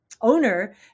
owner